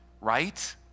right